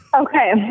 okay